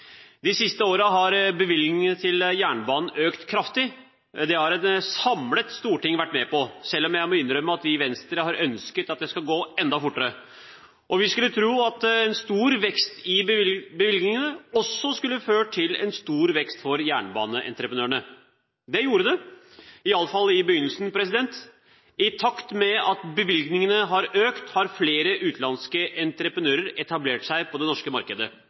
De siste årene har bevilgningene til jernbanen økt kraftig. Det har et samlet storting vært med på, selv om jeg må innrømme at vi i Venstre har ønsket at det skal gå enda fortere. Og vi skulle tro at en stor vekst i bevilgningene også ville ført til en stor vekst for jernbaneentreprenørene. Det gjorde det, i alle fall i begynnelsen. I takt med at bevilgningene har økt, har flere utenlandske entreprenører etablert seg på det norske markedet.